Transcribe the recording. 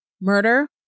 murder